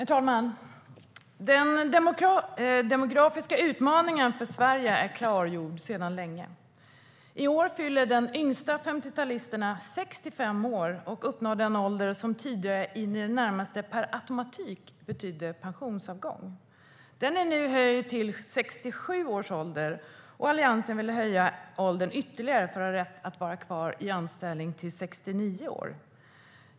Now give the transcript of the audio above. Herr talman! Den demografiska utmaningen för Sverige är klargjord sedan länge. I år fyller de yngsta 50-talisterna 65 år och uppnår den ålder som tidigare i det närmaste per automatik betydde pensionsavgång. Den är nu höjd till 67 års ålder, och Alliansen vill höja åldern för rätten att vara kvar i anställning ytterligare, till 69 år.